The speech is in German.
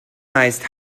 meist